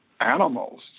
animals